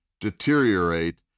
deteriorate